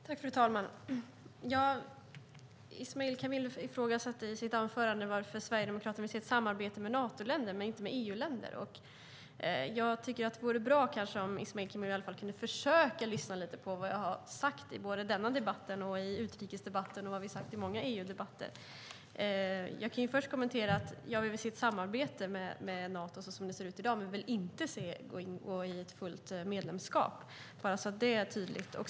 Fru talman! Ismail Kamil ifrågasatte i sitt anförande varför Sverigedemokraterna vill se ett samarbete med Natoländer men inte med EU-länder. Jag tycker att det vore bra om Ismail Kamil kunde försöka lyssna lite på vad jag har sagt i denna debatt och i utrikesdebatten och vad vi har sagt i många EU-debatter. Jag kan först säga: Ja, vi vill se ett samarbete med Nato som det ser ut i dag, men vi vill inte gå in i ett fullt medlemskap - så är det tydligt.